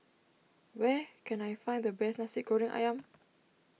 where can I find the best Nasi Goreng Ayam